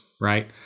right